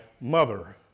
mother